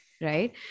right